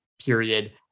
Period